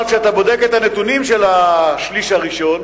אבל כשאתה בודק את הנתונים של השליש הראשון